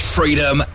Freedom